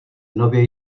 nově